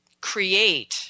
create